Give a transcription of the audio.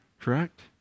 correct